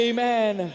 Amen